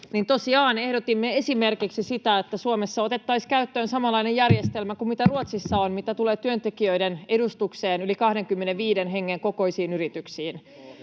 ehdotimme esimerkiksi sitä, että Suomessa otettaisiin käyttöön samanlainen järjestelmä kuin Ruotsissa on, mitä tulee työntekijöiden edustukseen yli 25 hengen kokoisissa yrityksissä.